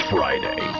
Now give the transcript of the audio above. Friday